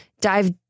dive